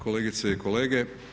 Kolegice i kolege.